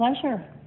pleasure